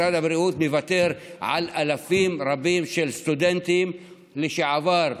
משרד הבריאות מוותר על אלפים רבים של סטודנטים לשעבר,